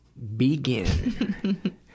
begin